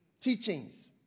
teachings